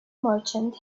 merchant